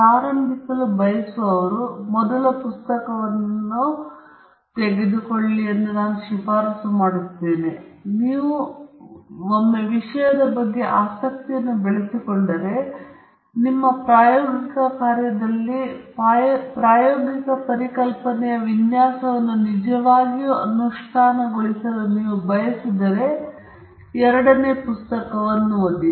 ಪ್ರಾರಂಭಿಸಲು ಬಯಸುವವರು ಮೊದಲ ಪುಸ್ತಕವನ್ನು ಶಿಫಾರಸು ಮಾಡಲಾಗಿದೆ ಮತ್ತು ಒಮ್ಮೆ ನೀವು ವಿಷಯದ ಬಗ್ಗೆ ಆಸಕ್ತಿಯನ್ನು ಬೆಳೆಸಿಕೊಂಡರೆ ಮತ್ತು ನಿಮ್ಮ ಪ್ರಾಯೋಗಿಕ ಕಾರ್ಯದಲ್ಲಿ ಪ್ರಾಯೋಗಿಕ ಪರಿಕಲ್ಪನೆಯ ವಿನ್ಯಾಸವನ್ನು ನಿಜವಾಗಿಯೂ ಅನುಷ್ಠಾನಗೊಳಿಸಲು ನೀವು ಬಯಸಿದರೆ ನಂತರ ನೀವು ಎರಡನೇ ಪುಸ್ತಕವನ್ನು ಓದಿ